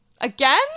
Again